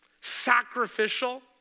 sacrificial